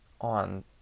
on